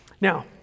Now